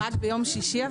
אבל רק ביום שישי?